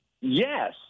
Yes